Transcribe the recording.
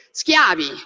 schiavi